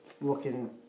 looking